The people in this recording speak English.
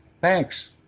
Thanks